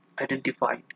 identified